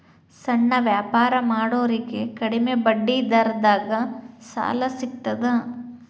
ಸಣ್ಣ ವ್ಯಾಪಾರ ಮಾಡೋರಿಗೆ ಕಡಿಮಿ ಬಡ್ಡಿ ದರದಾಗ್ ಸಾಲಾ ಸಿಗ್ತದಾ?